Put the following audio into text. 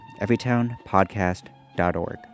everytownpodcast.org